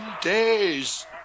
days